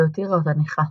שהותירה אותה נכה.